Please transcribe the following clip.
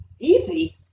Easy